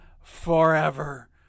forever